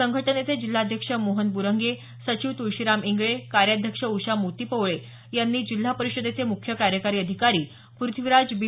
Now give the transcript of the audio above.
संघटनेचे जिल्हा अध्यक्ष मोहन बुरंगे सचिव तुळशीराम इंगळे कार्याध्यक्ष उषा मोतीपवळे यांनी जिल्हा परिषदेचे मुख्य कार्यकारी अधिकारी प्रथ्वीराज बी